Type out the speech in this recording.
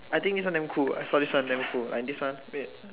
I think this one damn cool I saw this one damn cool like this one wait